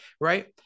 right